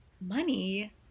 Money